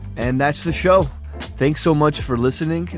and that's the show thanks so much for listening.